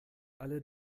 alle